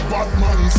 Batman